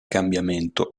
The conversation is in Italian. cambiamento